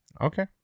Okay